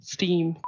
Steam